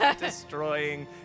destroying